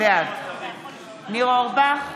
בעד ניר אורבך,